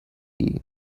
hiv